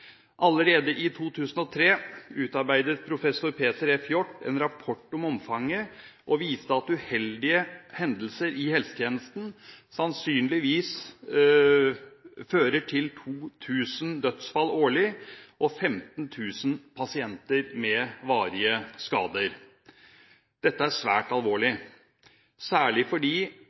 Allerede i 2003 utarbeidet professor Peter F. Hjort en rapport om omfanget og viste at uheldige hendelser i helsetjenestene sannsynligvis fører til 2 000 dødsfall årlig, og at 15 000 pasienter får varige skader. Dette er svært alvorlig, særlig fordi